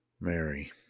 Mary